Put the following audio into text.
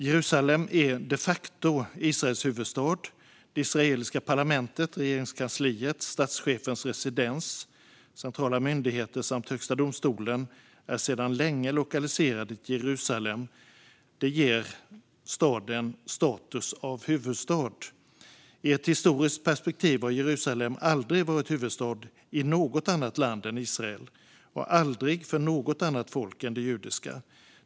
Jerusalem är de facto Israels huvudstad. Det israeliska parlamentet, regeringskansliet, statschefens residens, centrala myndigheter samt högsta domstolen är sedan länge lokaliserade till Jerusalem. Det ger staden status av huvudstad. I ett historiskt perspektiv har Jerusalem aldrig varit huvudstad i något annat land än Israel och aldrig för något annat folk än det judiska.